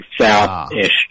south-ish